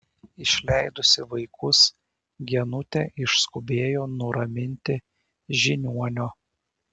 išleidusi vaikus genutė išskubėjo nuraminti žiniuonio